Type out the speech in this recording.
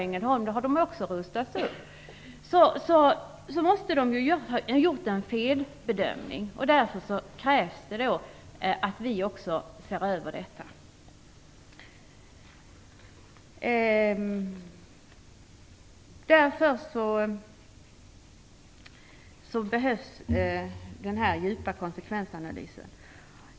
Ingbritt Irhammar säger själv att man har rustat upp i Ängelholm. Det krävs att vi också ser över det här. Det behövs en djup konsekvensanalys, vilket vi tar upp i vår reservation.